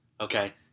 okay